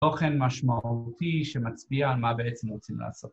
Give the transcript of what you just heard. ‫תוכן משמעותי שמצביע ‫על מה בעצם רוצים לעשות.